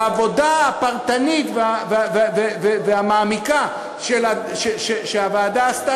והעבודה הפרטנית והמעמיקה שהוועדה עשתה,